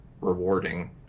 rewarding